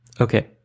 Okay